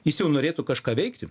jis jau norėtų kažką veikti